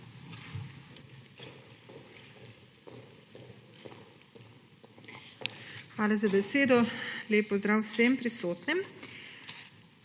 Hvala za besedo. Lep pozdrav vsem prisotnim!